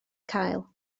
cael